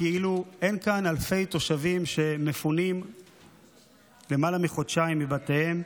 כאילו אין כאן אלפי תושבים שמפונים למעלה מחודשיים מבתיהם.